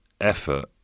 effort